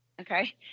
okay